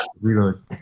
Reload